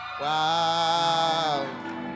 Wow